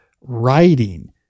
writing